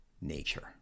nature